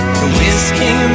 Whiskey